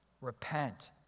repent